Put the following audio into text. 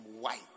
white